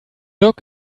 look